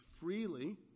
freely